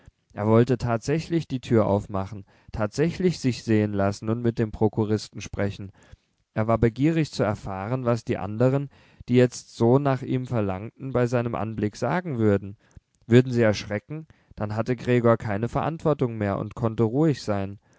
er wollte tatsächlich die tür aufmachen tatsächlich sich sehen lassen und mit dem prokuristen sprechen er war begierig zu erfahren was die anderen die jetzt so nach ihm verlangten bei seinem anblick sagen würden würden sie erschrecken dann hatte gregor keine verantwortung mehr und konnte ruhig sein